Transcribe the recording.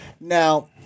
now